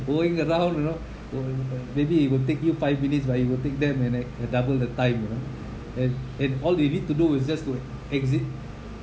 going around you know maybe it will take you five minutes but you will take them and like double the time you know and and all they need to do is just to exit